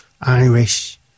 Irish